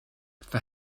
for